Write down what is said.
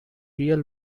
real